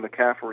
McCaffrey